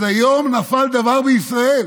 אז היום נפל דבר בישראל: